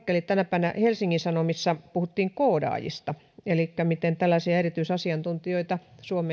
tänä päivänä helsingin sanomissa puhuttiin koodaajista elikkä siitä miten tällaisia erityisasiantuntijoita on halu